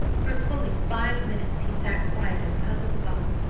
for fully five minutes he sat quiet in puzzled thought,